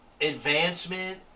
advancement